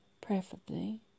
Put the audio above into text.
preferably